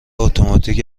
اتوماتیک